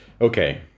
Okay